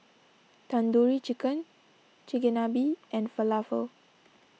Tandoori Chicken Chigenabe and Falafel